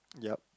yup